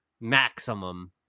maximum